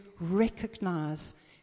recognize